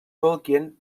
tolkien